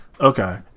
Okay